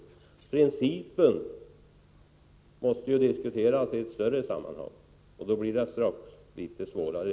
Principen måste diskuteras i ett större sammanhang, och då blir det strax svårare.